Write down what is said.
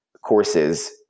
courses